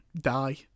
die